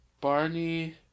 Barney